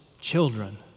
children